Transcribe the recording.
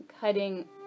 cutting